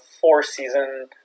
four-season